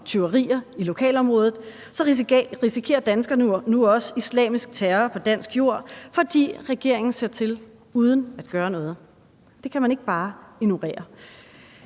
tyverier i lokalområdet risikerer danskerne nu også islamisk terror på dansk jord, fordi regeringen ser til uden at gøre noget. Det kan man ikke bare ignorere.